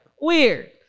Weird